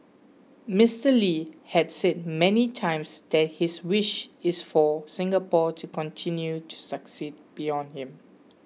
Mister Lee had said many times that his wish is for Singapore to continue to succeed beyond him